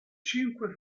cinque